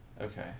Okay